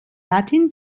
latin